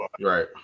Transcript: Right